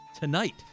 tonight